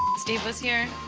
steve was here.